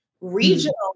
regional